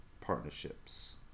partnerships